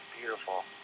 beautiful